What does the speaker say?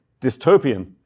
dystopian